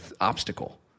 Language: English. obstacle